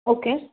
okay